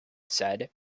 said